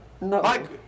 No